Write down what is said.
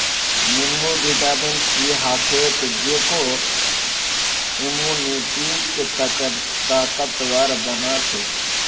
नींबूत vitamin C ह छेक जेको इम्यूनिटीक ताकतवर बना छेक